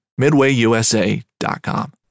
MidwayUSA.com